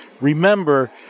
Remember